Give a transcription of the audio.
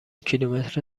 کیلومتر